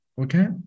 Okay